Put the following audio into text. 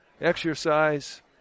exercise